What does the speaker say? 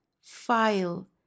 file